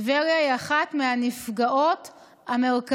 טבריה היא אחת מהנפגעות המרכזיות.